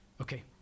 Okay